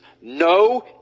no